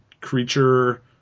creature